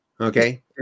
Okay